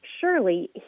surely